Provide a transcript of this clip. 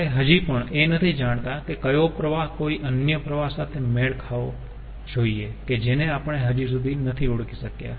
આપણે હજી પણ એ નથી જાણતા કે કયો પ્રવાહ કોઈ અન્ય પ્રવાહ સાથે મેળ ખાવો જોઈએ કે જેને આપણે હજી સુધી નથી ઓળખી શક્યા